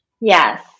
Yes